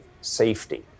safety